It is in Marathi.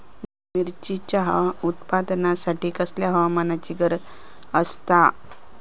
मिरचीच्या उत्पादनासाठी कसल्या हवामानाची गरज आसता?